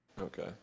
Okay